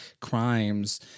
crimes